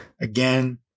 Again